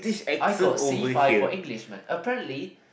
I got C five for English man apparently